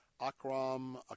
Akram